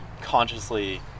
consciously